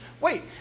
wait